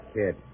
kid